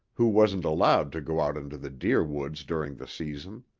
who wasn't allowed to go out into the deer woods during the season.